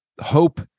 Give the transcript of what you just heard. hope